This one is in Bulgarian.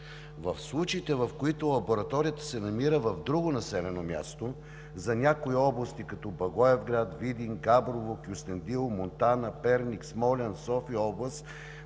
В случаите, в които лабораторията се намира в друго населено място, за някои области като Благоевград, Видин, Габрово, Кюстендил, Монтана, Перник, Смолян, София-област,